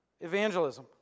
evangelism